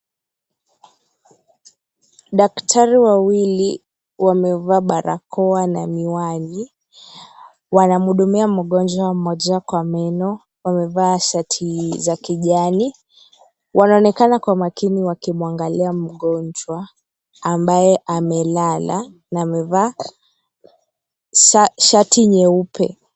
Daktari wawili wamevaa barakoa na miwani, wanamhudumia mgonjwa mmoja kwa meno. Wamevaa shati za kijani. Wanaonekana kwa makini wakimuangalia mgonjwa ambaye amelala na amevaa shati nyeupe.